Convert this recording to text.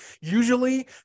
Usually